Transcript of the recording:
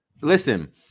listen –